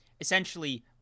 essentially